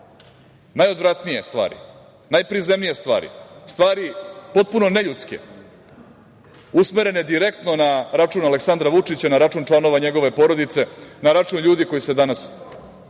najodvratnije stvari, najprizemnije stvari, stvari potpuno neljudske usmerene direktno na račun Aleksandra Vučića, na račun članova njegove porodice, na račun ljudi koji se,